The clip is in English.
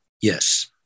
Yes